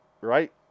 right